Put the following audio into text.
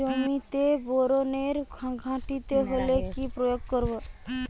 জমিতে বোরনের ঘাটতি হলে কি প্রয়োগ করব?